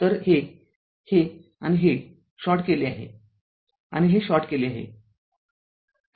तर हेहे आणि हे शॉर्ट केले आहे आणि हे शॉर्ट केले आहे